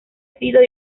sido